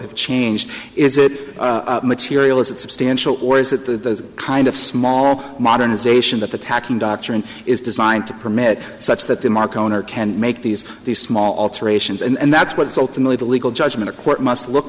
of change is it material is it substantial or is it the kind of small modernization that attacking doctrine is designed to permit such that the mark owner can make these small alterations and that's what's alternately the legal judgment a court must look